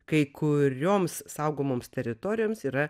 kai kurioms saugomoms teritorijoms yra